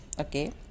Okay